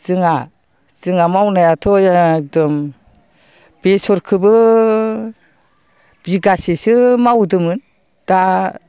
जोंहा जोंहा मावनायाथ' एकदम बेसरखौबो बिगासेसो मावदोंमोन दा